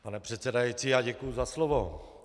Pane předsedající, děkuji za slovo.